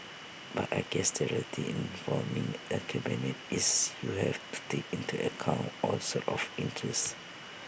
but I guess the reality in forming A cabinet is you have to take into account all sorts of interests